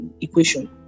equation